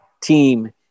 team